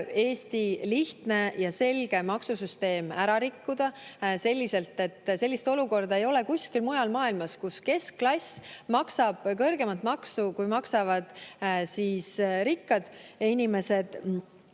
Eesti lihtne ja selge maksusüsteem ära rikkuda selliselt, et sellist olukorda ei ole kuskil mujal maailmas, kus keskklass maksab kõrgemat maksu, kui maksavad rikkad inimesed